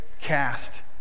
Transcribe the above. cast